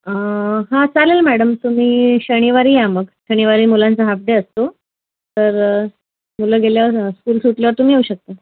हा चालेल मैडम तुम्ही शनिवारी या मग शनिवारी मुलांचा हाफ डे असतो तर मुलं गेल्यावर स्कूल सुटल्यावर तुम्ही येऊ शकता